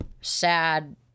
sad